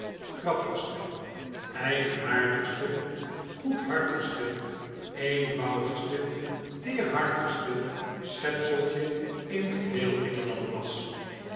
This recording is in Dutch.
grappigste eigenaardigste goedhartigste eenvoudigste teerhartigste schepseltje in geheel engeland was